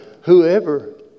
whoever